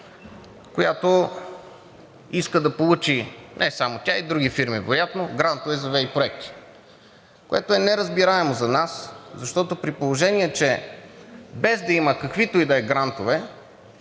която иска да получи, не само тя, а и други фирми вероятно, грантове за ВЕИ проекти, което е неразбираемо за нас, при положение че, без да има каквито и да е грантове